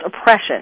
oppression